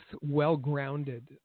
well-grounded